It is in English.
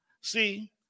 See